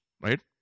right